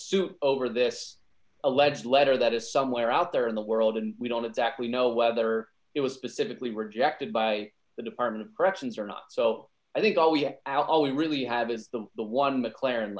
suit over this alleged letter that is somewhere out there in the world and we don't exactly know whether it was specifically rejected by the department of corrections or not so i think all we have out all we really have is the the one mclaren